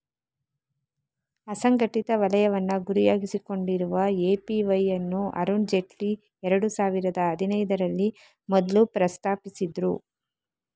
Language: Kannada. ಅಸಂಘಟಿತ ವಲಯವನ್ನ ಗುರಿಯಾಗಿಸಿಕೊಂಡಿರುವ ಎ.ಪಿ.ವೈ ಅನ್ನು ಅರುಣ್ ಜೇಟ್ಲಿ ಎರಡು ಸಾವಿರದ ಹದಿನೈದರಲ್ಲಿ ಮೊದ್ಲು ಪ್ರಸ್ತಾಪಿಸಿದ್ರು